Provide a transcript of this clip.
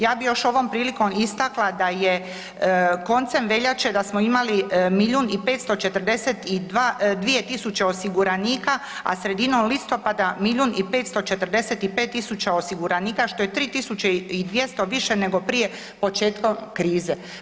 Ja bi još ovom prilikom istakla da je koncem veljače da smo imali milijun i 542 tisuće osiguranika, a sredinom listopada milijun i 545 osiguranika, što je 3 tisuće i 200 više nego prije početka krize.